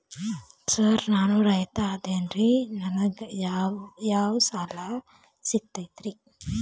Sir ನಾನು ರೈತ ಅದೆನ್ರಿ ನನಗ ಯಾವ್ ಯಾವ್ ಸಾಲಾ ಸಿಗ್ತೈತ್ರಿ?